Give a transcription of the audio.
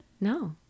No